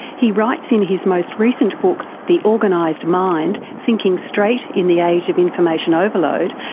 he writes in his most recent book, the organized mind thinking straight in the age of information overload,